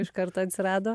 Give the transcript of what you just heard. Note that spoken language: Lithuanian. iš karto atsirado